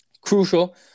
crucial